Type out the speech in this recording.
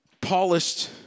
polished